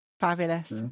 fabulous